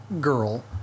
girl